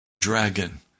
dragon